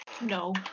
No